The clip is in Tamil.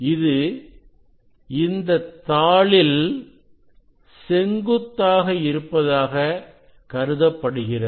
இது இந்தத் தாளில் செங்குத்தாக இருப்பதாக கருதப்படுகிறது